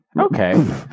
Okay